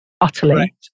utterly